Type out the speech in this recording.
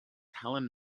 helen